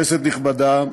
נכבדה,